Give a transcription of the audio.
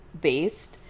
based